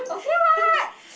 okay what